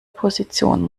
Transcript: position